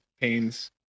pains